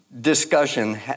discussion